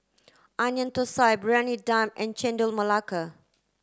Onion Thosai Briyani Dum and Chendol Melaka